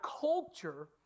culture